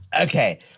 Okay